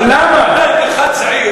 אתה עוד היית בכלל צעיר.